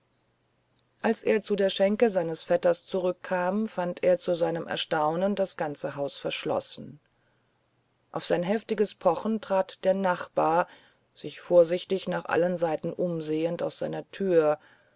als er zu der schenke seines vetters zurückkam fand er zu seinem erstaunen das ganze haus verschlossen auf sein heftiges pochen trat der nachbar sich vorsichtig nach allen seiten umsehend aus seiner tür